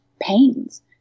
pains